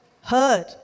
heard